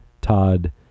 Todd